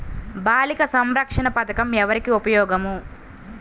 బాలిక సంరక్షణ పథకం ఎవరికి ఉపయోగము?